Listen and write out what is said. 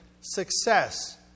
Success